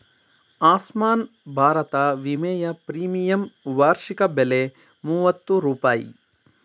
ಆಸ್ಮಾನ್ ಭಾರತ ವಿಮೆಯ ಪ್ರೀಮಿಯಂ ವಾರ್ಷಿಕ ಬೆಲೆ ಮೂವತ್ತು ರೂಪಾಯಿ